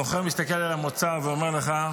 המוכר מסתכל על המוצר ואומר לך: